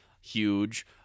huge